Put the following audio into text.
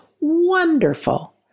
wonderful